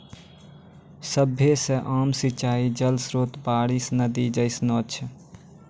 सभ्भे से आम सिंचाई जल स्त्रोत बारिश, नदी जैसनो छै